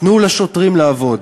תנו לשוטרים לעבוד.